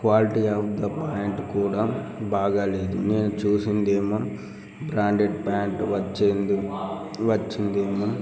quality of the pant కూడా బాగలేదు నేను చేసిందేమో బ్రాండెడ్ ప్యాంట్ వచ్చింది వచ్చింది ఏమో